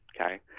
Okay